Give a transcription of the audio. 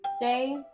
day